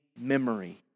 memory